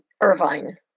Irvine